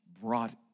brought